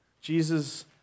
Jesus